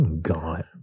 God